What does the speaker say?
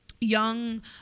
young